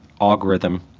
algorithm